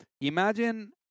imagine